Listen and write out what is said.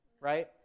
right